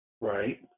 Right